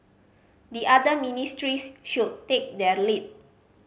the other ministries should take their lead